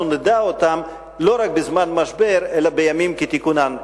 נדע אותם לא רק בזמן משבר אלא בימים כתיקונם.